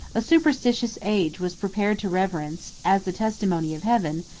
a superstitious age was prepared to reverence, as the testimony of heaven,